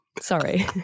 Sorry